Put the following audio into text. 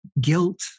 guilt